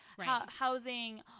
housing